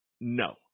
No